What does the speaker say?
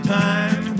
time